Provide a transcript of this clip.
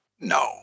No